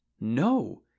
No